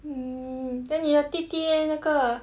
mmhmm then 你的弟弟 eh 那个